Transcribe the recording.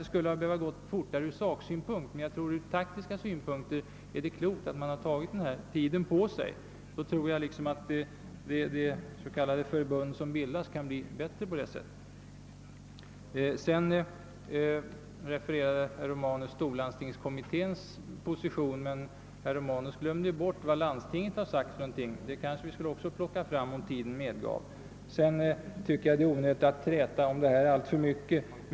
Det hade kanske gått snabbare rent sakligt men från taktisk synpunkt var det klokt att man tog tid på sig. Jag tror att det landsting som nu skall bildas blivit bättre genom att man gått till väga på detta sätt. Herr Romanus refererade dessutom till storlandstingskommitténs position, men han glömde därvid bort vad landstinget uttalat. Det skulle vi också kunna referera om tiden medgav det. Jag tycker också att det är onödigt att träta alltför mycket om denna fråga.